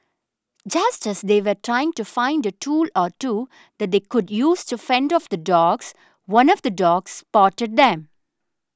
just as they were trying to find a tool or two that they could use to fend off the dogs one of the dogs spotted them